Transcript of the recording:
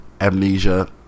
Amnesia